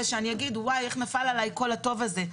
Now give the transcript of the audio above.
שאני אומר איך נפל עלי כל הטוב הזה.